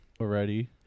already